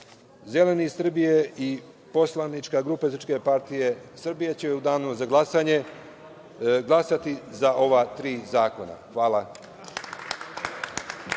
Zeleni Srbije i poslanička grupa SPS će u danu za glasanje glasati za ova tri zakona. Hvala.